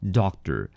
doctor